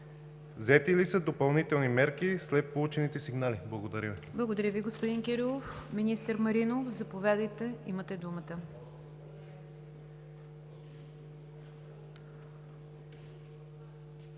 Взети ли са допълнителни мерки след получените сигнали? Благодаря. ПРЕДСЕДАТЕЛ НИГЯР ДЖАФЕР: Благодаря Ви, господин Кирилов. Министър Маринов, заповядайте, имате думата.